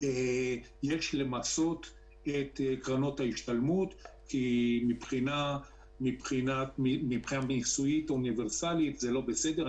שיש למסות את קרנות ההשתלמות כי מבחינה מיסויית אוניברסלית זה לא בסדר.